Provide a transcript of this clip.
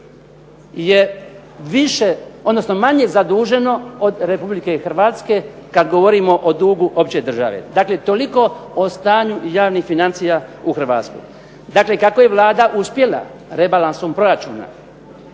je manje zaduženo od RH kada govorimo o dugu opće države. Dakle, toliko o stanju financija u Hrvatskoj. Dakle, kako je Vlada uspjela rebalansom proračuna